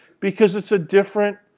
because it's a different